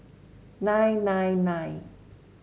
nine nine nine